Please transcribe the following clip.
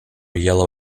yellow